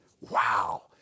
Wow